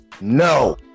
No